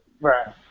Right